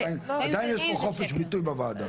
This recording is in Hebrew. עדיין יש פה חופש ביטוי בוועדה.